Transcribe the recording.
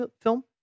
film